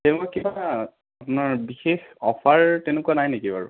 তেওঁ কিবা আপোনাৰ বিশেষ অফাৰ তেনেকুৱা নাই নিকি বাৰু